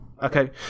okay